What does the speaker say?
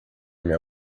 minha